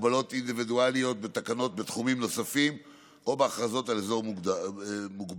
הגבלות אינדיבידואליות בתקנות בתחומים נוספים או בהכרזות על אזור מוגבל.